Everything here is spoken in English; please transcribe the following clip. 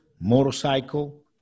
motorcycle